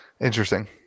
Interesting